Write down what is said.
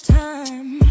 time